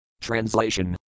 Translation